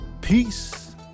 Peace